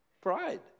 Pride